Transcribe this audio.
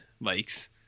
likes